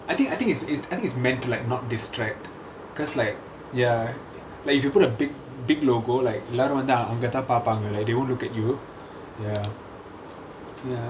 I think I think it's it's I think it's meant to like not distract because like ya like if you put a big big logo like எல்லோரும் வந்துஅங்கதான்பார்ப்பாங்க:ellorum vandhu angathan parpanga they won't look at you ya ya